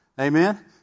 Amen